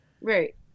Right